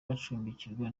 bacumbikirwa